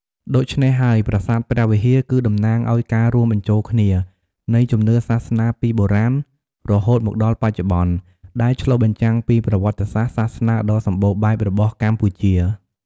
ដូច្នេះហើយ ប្រាសាទព្រះវិហារគឺតំណាងឱ្យការរួមបញ្ចូលគ្នានៃជំនឿសាសនាពីបុរាណរហូតមកដល់បច្ចុប្បន្ន ដែលឆ្លុះបញ្ចាំងពីប្រវត្តិសាស្ត្រសាសនាដ៏សម្បូរបែបរបស់កម្ពុជា។។